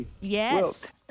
Yes